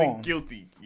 guilty